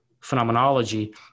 phenomenology